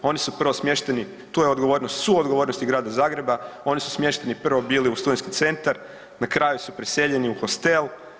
Oni su prvo smješteni, tu je odgovornost, suodgovornost i Grada Zagreba, oni su smješteni prvo bili u studentski centar, na kraju su preseljeni u hostel.